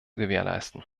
gewährleisten